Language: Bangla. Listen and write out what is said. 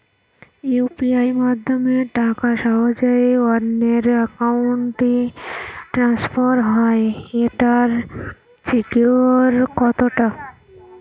ইউ.পি.আই মাধ্যমে টাকা সহজেই অন্যের অ্যাকাউন্ট ই ট্রান্সফার হয় এইটার সিকিউর কত টা?